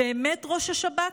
באמת, ראש השב"כ?